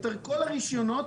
את כל הרישיונות,